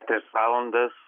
tris valandas